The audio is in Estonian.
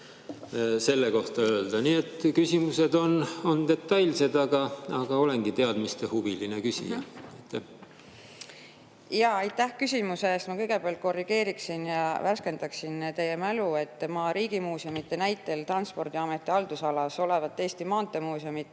selle kohta öelda. Küsimused on detailsed, aga ma olengi teadmistehuviline küsija. Aitäh küsimuse eest! Ma kõigepealt korrigeeriksin ja värskendaksin teie mälu. Ma riigimuuseumide näites Transpordiameti haldusalas olevat Eesti Maanteemuuseumi